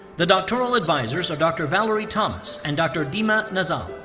the doctoral advisors are dr. valerie thomas and dr. dima nazzal.